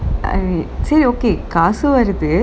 சரி:sari okay காசு வருது:kaasu varuthu